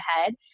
ahead